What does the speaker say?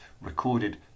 recorded